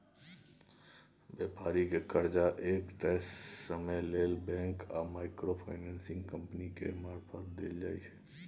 बेपारिक कर्जा एक तय समय लेल बैंक आ माइक्रो फाइनेंसिंग कंपनी केर मारफत देल जाइ छै